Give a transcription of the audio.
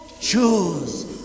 choose